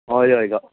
हय हय गा